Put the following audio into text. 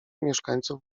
mieszkańców